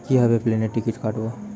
কিভাবে প্লেনের টিকিট কাটব?